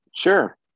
Sure